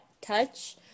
touch